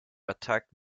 attacked